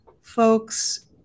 folks